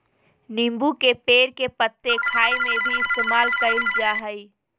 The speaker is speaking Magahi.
नींबू के पेड़ के पत्ते खाय में भी इस्तेमाल कईल जा हइ